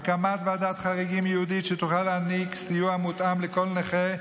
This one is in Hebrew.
הקמת ועדת חריגים ייעודית שתוכל להעניק סיוע מותאם לכל נכה,